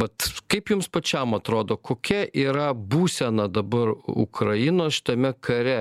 mat kaip jums pačiam atrodo kokia yra būsena dabar ukrainos šitame kare